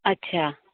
अच्छा